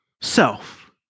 self